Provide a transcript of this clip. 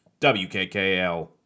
WKKL